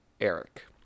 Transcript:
Eric